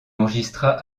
enregistra